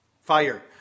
Fire